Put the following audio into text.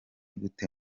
gute